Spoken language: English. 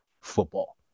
football